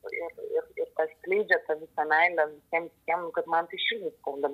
ir ir ir tą skleidžia tą visą meilę visiem kitiem kad man tai širdį skauda